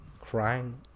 crying